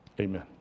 Amen